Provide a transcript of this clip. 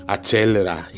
Accelera